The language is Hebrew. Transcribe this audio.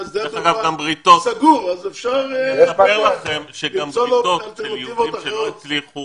אני אספר לכם שגם בריתות של יהודים שלא הצליחו